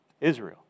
Israel